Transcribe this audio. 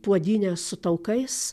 puodynę su taukais